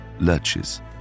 lurches